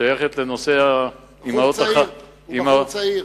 שייכת לנושא האמהות, בחור צעיר, בחור צעיר.